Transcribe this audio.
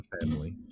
family